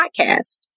podcast